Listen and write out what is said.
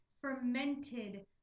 fermented